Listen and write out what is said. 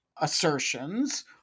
assertions